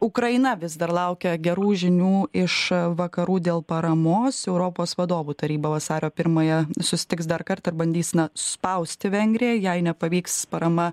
ukraina vis dar laukia gerų žinių iš vakarų dėl paramos europos vadovų taryba vasario pirmąją susitiks dar kartą bandys spausti vengriją jei nepavyks parama